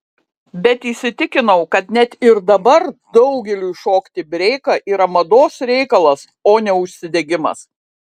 bet įsitikinau kad net ir dabar daugeliui šokti breiką yra mados reikalas o ne užsidegimas